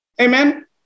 amen